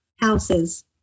houses